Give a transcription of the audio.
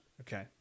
Okay